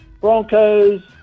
Broncos